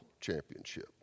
championship